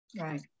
Right